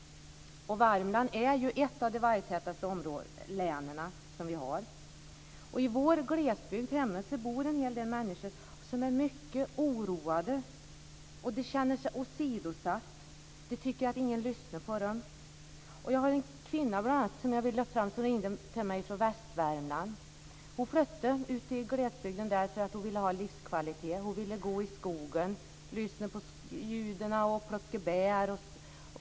Värmland är ett av de vargtätaste länen. I vår glesbygd bor det en hel del människor som är mycket oroade. De känner sig åsidosatta, och de tycker att ingen lyssnar på dem. En kvinna från Västvärmland ringde mig. Hon flyttade till glesbygden för att få livskvalitet, kunna gå i skogen, lyssna på ljuden, plocka bär.